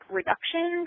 reduction